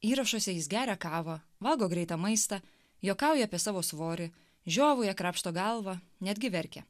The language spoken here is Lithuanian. įrašuose jis geria kavą valgo greitą maistą juokauja apie savo svorį žiovauja krapšto galvą netgi verkia